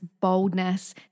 boldness